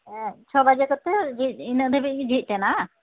ᱦᱮᱸ ᱪᱷᱚ ᱵᱟᱡᱮ ᱠᱚᱛᱮ ᱤᱱᱟᱹ ᱫᱷᱟᱹᱨᱤᱡ ᱜᱮ ᱡᱷᱤᱡ ᱛᱟᱦᱮᱱᱟ ᱵᱟᱝ